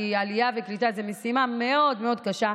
כי עלייה וקליטה זו משימה מאוד מאוד קשה,